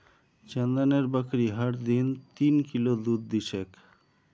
चंदनेर बकरी हर दिन तीन किलो दूध दी छेक